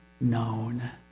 known